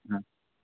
हां